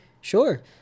Sure